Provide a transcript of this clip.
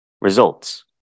Results